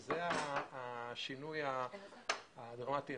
זה השינוי הדרמטי.